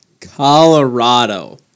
Colorado